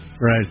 right